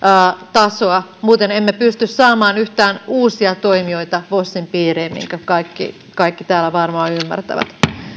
tasoa muuten emme pysty saamaan yhtään uusia toimijoita vosin piiriin minkä kaikki kaikki täällä varmaan ymmärtävät